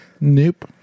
Nope